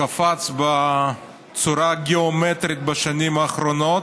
קפץ בצורה גיאומטרית בשנים האחרונות,